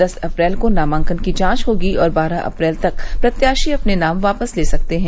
दस अप्रैल को नामांकन की जांच होगी और बारह अप्रैल तक प्रत्याशी अपने नाम वापस ले सकते हैं